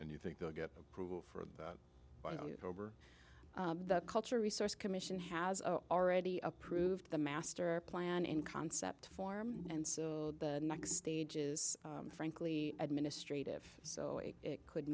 and you think they'll get approval for that over the culture resource commission has already approved the master plan in concept form and the next stage is frankly administrative so it could